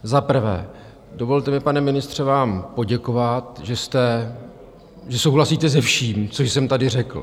Za prvé, dovolte mi, pane ministře, vám poděkovat, že souhlasíte se vším, co jsem tady řekl.